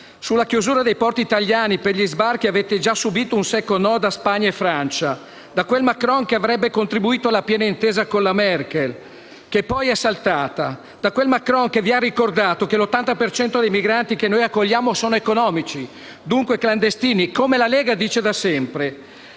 Sulla chiusura dei porti italiani per gli sbarchi avete già subito un secco no da Spagna e Francia, da quel Macron che avrebbe contribuito alla piena intesa di Parigi con la Merkel, che poi è saltata. Da quel Macron che vi ha ricordato che l'80 per cento dei migranti che noi accogliamo sono economici, dunque clandestini, come la Lega dice da sempre!